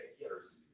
years